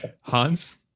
Hans